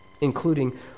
including